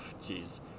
jeez